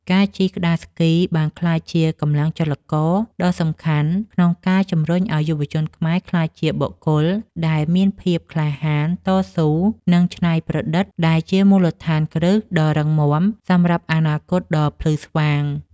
ការជិះក្ដារស្គីបានក្លាយជាកម្លាំងចលករដ៏សំខាន់ក្នុងការជំរុញឱ្យយុវជនខ្មែរក្លាយជាបុគ្គលដែលមាន ភាពក្លាហាន តស៊ូ និងច្នៃប្រឌិត ដែលជាមូលដ្ឋានគ្រឹះដ៏រឹងមាំសម្រាប់អនាគតដ៏ភ្លឺស្វាង។